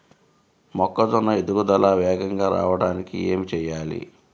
మొక్కజోన్న ఎదుగుదల వేగంగా రావడానికి ఏమి చెయ్యాలి?